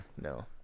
No